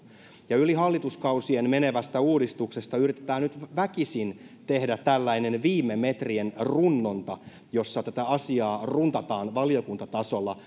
ja yli hallituskausien menevästä uudistuksesta yritetään nyt väkisin tehdä tällainen viime metrien runnonta jossa tätä asiaa runtataan valiokuntatasolla